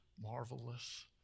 marvelous